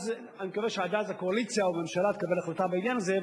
אני מקווה שעד אז הקואליציה או הממשלה תקבל החלטה בעניין הזה,